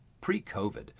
Pre-COVID